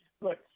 Look